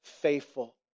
faithful